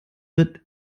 wird